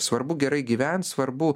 svarbu gerai gyvent svarbu